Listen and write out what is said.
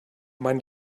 meinen